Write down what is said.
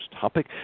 topic